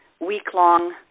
week-long